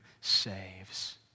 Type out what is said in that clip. saves